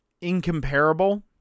incomparable